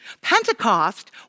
Pentecost